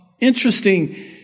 interesting